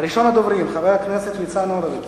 ראשון הדוברים, חבר הכנסת ניצן הורוביץ.